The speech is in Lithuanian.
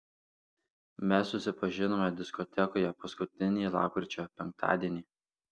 mes susipažinome diskotekoje paskutinį lapkričio penktadienį